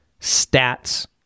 stats